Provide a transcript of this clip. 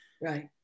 Right